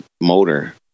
motor